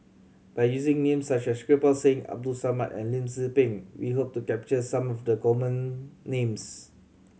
by using names such as Kirpal Singh Abdul Samad and Lim Tze Peng we hope to capture some of the common names